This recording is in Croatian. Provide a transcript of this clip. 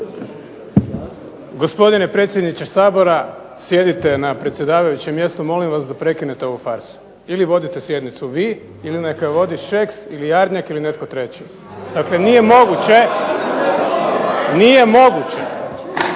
Gospodine predsjedniče Sabora, sjedite na predsjedavajućem mjestu, molim vas da prekinete ovu farsu. Ili vodite sjednicu vi ili neka ju vodi Šeks ili Jarnjak ili netko treći. … /Buka u